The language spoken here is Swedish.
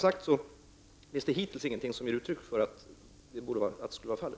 Hittills finns det ingenting som visar att så skulle vara fallet.